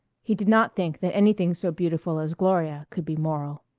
he did not think that anything so beautiful as gloria could be moral.